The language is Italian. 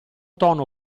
tono